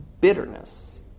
bitterness